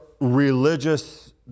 religious